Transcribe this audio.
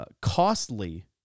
costly